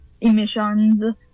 emissions